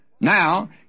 Now